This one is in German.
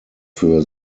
für